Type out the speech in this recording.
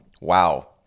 Wow